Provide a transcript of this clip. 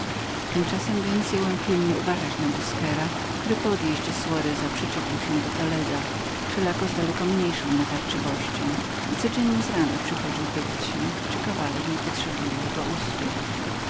tymczasem więc jąłem pilnie uważać na busquera który po odjeździe soareza przyczepił się był do toleda wszelako z daleko mniejszą natarczywością i codziennie z rana przychodził pytać się czyli nie potrzebuje jego usług